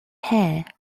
hare